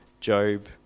Job